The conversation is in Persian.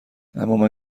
امامن